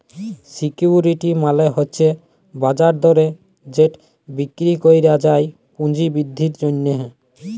security মালে হছে বাজার দরে যেট বিক্কিরি ক্যরা যায় পুঁজি বিদ্ধির জ্যনহে